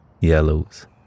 yellows